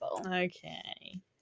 Okay